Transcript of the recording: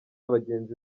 bagenzi